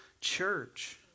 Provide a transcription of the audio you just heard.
church